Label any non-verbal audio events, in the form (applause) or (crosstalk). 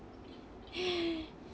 (breath)